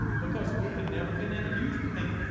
because it had never been introduced to me!